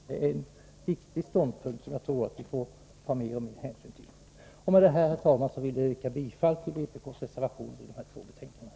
Det är en viktig ståndpunkt som jag tror vi får ta mer och mer hänsyn till. Med detta, herr talman, vill jag yrka bifall till vpk:s reservationer i dessa två betänkanden.